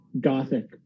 Gothic